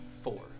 Four